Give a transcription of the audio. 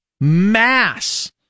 mass